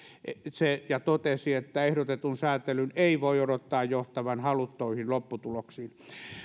ja totesi että ehdotetun sääntelyn ei voi odottaa johtavan haluttuihin lopputuloksiin